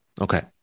Okay